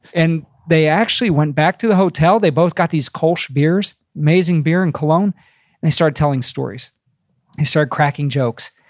and they actually went back to the hotel. they both got these kolsch beers, amazing beer in cologne, and they started telling stories. they started cracking jokes.